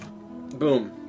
Boom